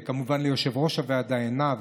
וכמובן ליושבת-ראש הוועדה עינב,